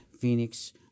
Phoenix